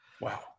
Wow